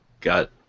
Got